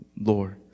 Lord